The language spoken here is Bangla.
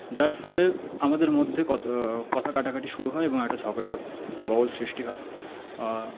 যার ফলে আমাদের মধ্যে কথা কথা কাটাকাটি শুরু হয় এবং একটা ঝগড়ার মহল সৃষ্টি হয়